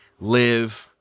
live